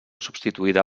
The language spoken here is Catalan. substituïda